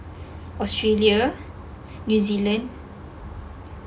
australia new zealand